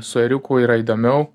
su ėriuku yra įdomiau